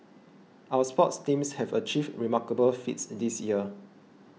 our sports teams have achieved remarkable feats this year